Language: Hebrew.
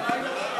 מה עם הצבעה?